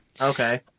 okay